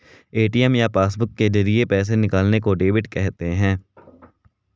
ATM या passbook के जरिये पैसे निकालने को डेबिट कहते हैं